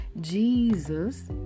Jesus